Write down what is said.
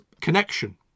connection